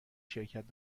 شرکت